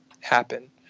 happen